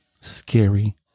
scary